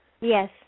Yes